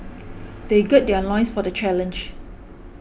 they gird their loins for the challenge